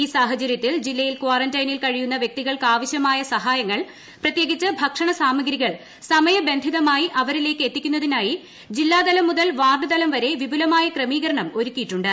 ഈ സാഹചര്യത്തിൽ ജില്ലയിൽ ക്വാറന്റൈനിൽ കഴിയുന്ന വ്യക്തികൾക്കാവശ്യമായ സഹായങ്ങൾ പ്രത്യേകിച്ച് ഭക്ഷണ സാമഗ്രികൾ ീസമയബന്ധിതമായി അവരിലേക്ക് എത്തിക്കുന്നതിനായി ജില്ലാത്ലം മുതൽ വാർഡ് തലം വരെ വിപുലമായ ക്രമീകരണം ഒരുക്കിയിട്ടുണ്ട്